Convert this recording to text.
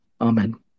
Amen